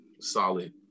solid